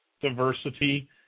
diversity